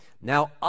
Now